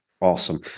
awesome